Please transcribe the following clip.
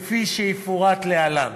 כפי שיפורט להלן.